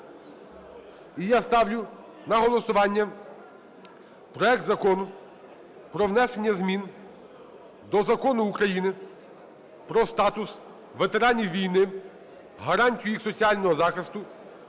І я ставлю на голосування проект Закону про внесення змін до Закону України "Про статус ветеранів війни, гарантії їх соціального захисту"